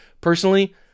Personally